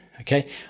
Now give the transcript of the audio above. okay